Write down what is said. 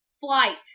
flight